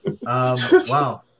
Wow